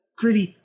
gritty